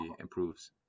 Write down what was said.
improves